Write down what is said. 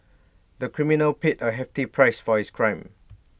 the criminal paid A heavy tea price for his crime